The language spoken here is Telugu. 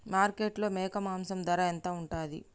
మార్కెట్లో మేక మాంసం ధర ఎంత ఉంటది?